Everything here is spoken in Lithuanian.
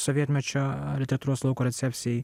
sovietmečio literatūros lauko recepcijai